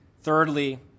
Thirdly